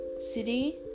City